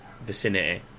vicinity